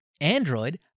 Android